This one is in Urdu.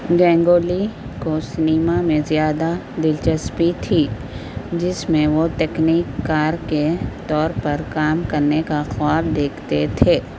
گینگولی کو سنیما میں زیادہ دلچسپی تھی جس میں وہ تکنیک کار کے طور پر کام کرنے کا خواب دیکھتے تھے